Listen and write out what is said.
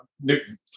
Newton